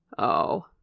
Oh